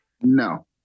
No